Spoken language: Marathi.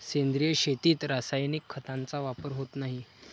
सेंद्रिय शेतीत रासायनिक खतांचा वापर होत नाही